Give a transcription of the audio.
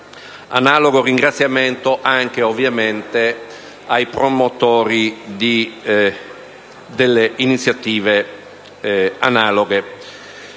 stesso ringraziamento va anche, ovviamente, ai promotori delle iniziative analoghe.